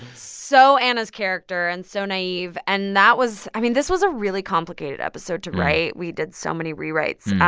so anna's character and so naive. and that was i mean, this was a really complicated episode to write. we did so many rewrites.